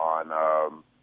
On